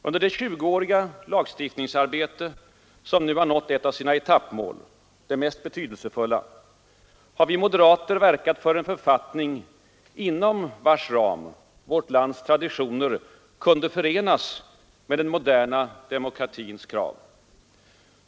Under det tjugoåriga lagstiftningsarbete som nu nått ett av sina 93 etappmål — det mest betydelsefulla — har vi moderater verkat för en författning inom vars ram vårt lands traditioner kunde förenas med den moderna demokratins krav.